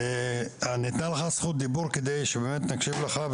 אתן לך זכות דיבור כדי שבאמת נקשיב לך.